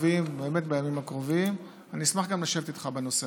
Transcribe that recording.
אבידר, בנושא: